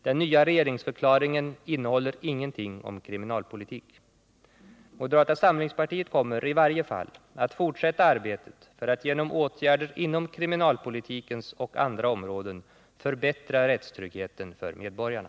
Den nya regeringsförklaringen innehåller ingenting om kriminalpolitik. Moderata samlingspartiet kommer i varje fall att fortsätta arbetet för att genom åtgärder inom kriminalpolitiken och på andra områden förbättra rättstryggheten för medborgarna.